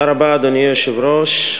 אדוני היושב-ראש,